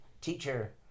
teacher